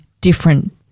different